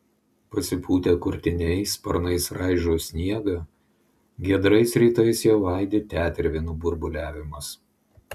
pasipūtę kurtiniai sparnais raižo sniegą giedrais rytais jau aidi tetervinų burbuliavimas